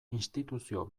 instituzio